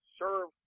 serve